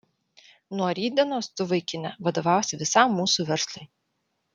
nuo rytdienos tu vaikine vadovausi visam mūsų verslui